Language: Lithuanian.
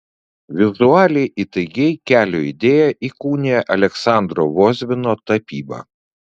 vizualiai įtaigiai kelio idėją įkūnija aleksandro vozbino tapyba